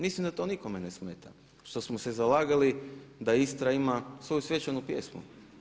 Mislim da to nikome ne smeta što smo se zalagali da Istra ima svoju svečanu pjesmu.